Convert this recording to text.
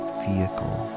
vehicle